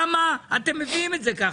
למה אתם מביאים את זה כך?